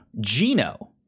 Gino